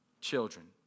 children